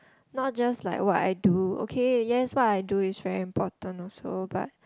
not just like what I do okay yes what I do is very important also but